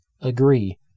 agree